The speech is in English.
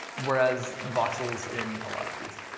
whereas voxels in a lot of these,